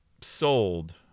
sold